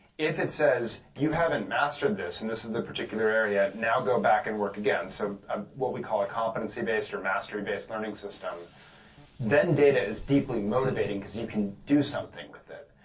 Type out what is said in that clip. if it says, you haven't mastered this, and this is the particular area, now go back and work again, so ah what we call a competency-based or mastery-based learning system then data is deeply motivating as you can do something with it.